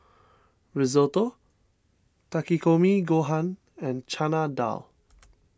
Risotto Takikomi Gohan and Chana Dal